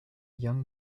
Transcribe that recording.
young